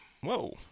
whoa